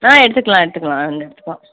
ஆ எடுத்துக்கலாம் எடுத்துக்கலாம் வந்து எடுத்துப்பான்